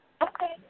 Okay